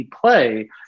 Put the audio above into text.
play